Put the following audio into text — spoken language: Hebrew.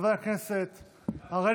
ברשות יושב-ראש הישיבה,